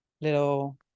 little